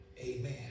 Amen